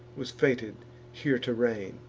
was fated here to reign.